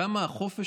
כמה החופש